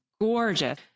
gorgeous